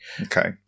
Okay